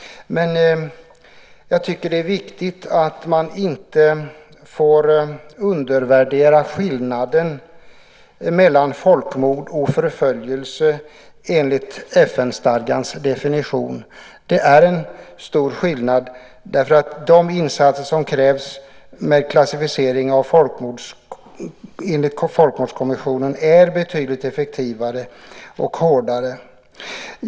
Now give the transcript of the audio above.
Men jag tycker att det är viktigt att inte undervärdera skillnaden mellan folkmord och förföljelse enligt FN-stadgans definition. Det är en stor skillnad, därför att de insatser som krävs enligt folkmordskonventionen är betydligt effektivare och hårdare.